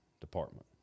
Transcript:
department